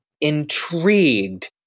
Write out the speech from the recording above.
intrigued